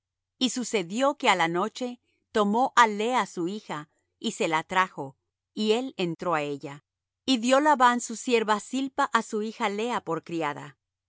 y sucedió que á la noche tomó á lea su hija y se la trajo y él entró á ella y dió labán su sierva zilpa á su hija lea por criada